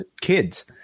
kids